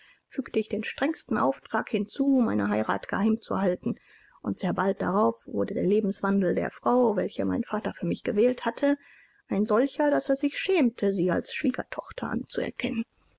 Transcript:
fügte ich den strengsten auftrag hinzu meine heirat geheim zu halten und sehr bald darauf wurde der lebenswandel der frau welche mein vater für mich gewählt hatte ein solcher daß er sich schämte sie als schwiegertochter anzuerkennen